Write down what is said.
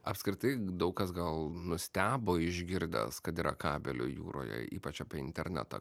apskritai daug kas gal nustebo išgirdęs kad yra kabelių jūroje ypač apie internetą